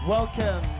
Welcome